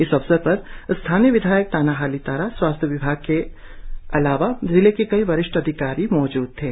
इस अवसर पर स्थानीय विधायक ताना हालि तारा स्वास्थ्य विभाग के अलावा जिले के कई वरिष्ठ अधिकारी मौजूद थे